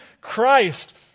Christ